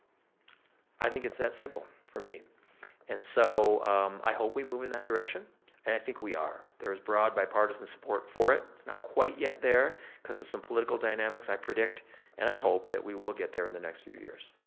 i think it's that simple for me and so i hope we move in that direction and i think we are. there is broad bipartisan support for it. it's not quite yet there cause of some political dynamics. i predict and i hope that we will get there in the next few years.